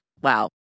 wow